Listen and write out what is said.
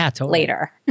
later